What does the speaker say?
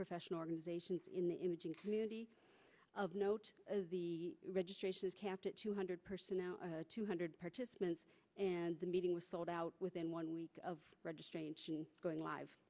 professional organizations in the imaging community of note the registration is capped at two hundred percent two hundred participants and the meeting was sold out within one week of registration going live